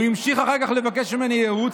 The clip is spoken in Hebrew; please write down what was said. הוא המשיך אחר כך לבקש ממני ייעוץ.